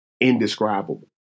indescribable